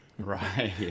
Right